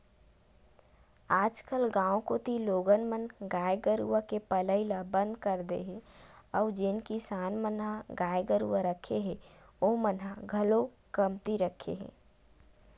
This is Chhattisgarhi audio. आजकल गाँव कोती लोगन मन गाय गरुवा के पलई ल बंद कर दे हे अउ जेन किसान मन ह गाय गरुवा रखे हे ओमन ह घलोक कमती रखे हे